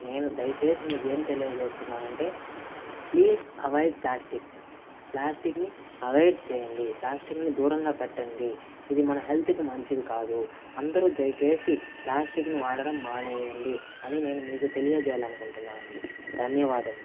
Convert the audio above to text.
నేను దయచేసి మీకేం తెలియజేస్తున్నానంటే ప్లీజ్ అవోయిడ్ ప్లాస్టిక్ ప్లాస్టిక్ ని అవైడ్ చేయండి ప్లాస్టిక్ ని దూరంగా పెట్టండి ఇది మన హెల్త్కి మంచిది కాదు అందరూ దయచేసి ప్లాస్టిక్ ని వాడడం మానేయండి అని నేను మీకు తెలియజేయాలి అనుకుంటున్నాను అండి ధన్యవాదములు